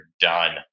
done